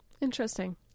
Interesting